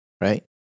Right